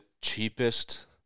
cheapest